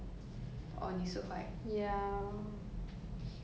more of 好 or more of 坏 will you go to heaven or hell